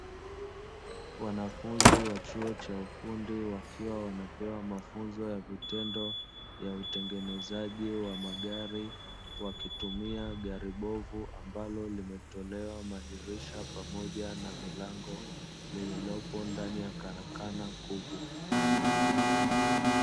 Wanafunzi wa chuo cha ufundi wakiwa wanapewa mafunzo ya vitendo ya utengenezaji wa magari, wakitumia gari bovu ambalo limetolewa madirisha na milango lililopo ndani ya karakana kubwa.